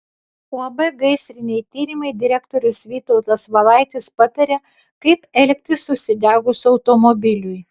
uab gaisriniai tyrimai direktorius vytautas valaitis pataria kaip elgtis užsidegus automobiliui